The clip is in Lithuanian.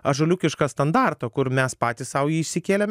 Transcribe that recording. ažuoliukišką standartą kur mes patys sau jį išsikėlėm